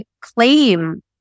claim